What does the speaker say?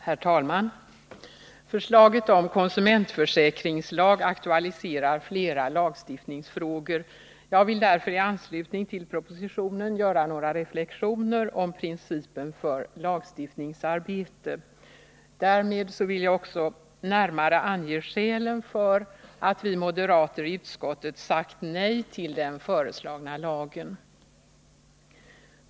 Herr talman! Förslaget om konsumentförsäkringslag aktualiserar flera lagstiftningsfrågor. Jag vill därför i anslutning till propositionen göra några reflexioner om principen för lagstiftningsarbetet. Därmed vill jag också närmare ange skälen för att vi moderater i utskottet sagt nej till den föreslagna lagen.